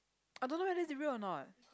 I don't know whether is it real or not